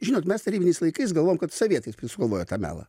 žinot mes tarybiniais laikais galvojom kad sovietai sugalvojo tą melą